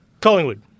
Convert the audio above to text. Collingwood